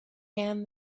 hand